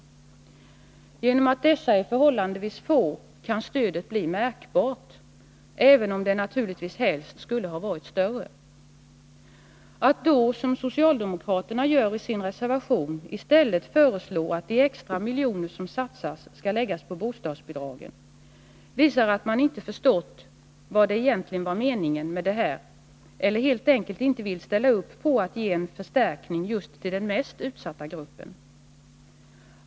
På grund av att dessa är förhållandevis få kan stödet bli märkbart — även om det naturligtvis helst skulle ha varit större. När man då, som socialdemokraterna gör i sin reservation, i stället föreslår att de extra miljoner som satsas skall läggas på bostadsbidragen, framgår det att man inte förstått vad som var meningen eller helt enkelt inte vill ställa upp på att ge en förstärkning just till den mest utsatta gruppen.